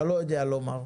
אתה לא יודע לומר.